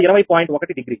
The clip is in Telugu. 1 డిగ్రీ